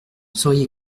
sauriez